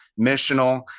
missional